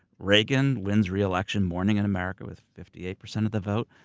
reagan wins re-election, mourning in america with fifty eight percent of the vote.